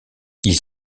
ils